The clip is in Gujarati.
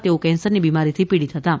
તેઓ કેન્સરની બિમારીથી પિડીત હતાં